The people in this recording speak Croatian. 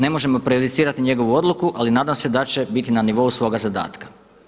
Ne možemo prejudicirati njegovu odluku, ali nadam se da će biti na nivou svoga zadatka.